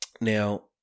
Now